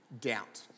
doubt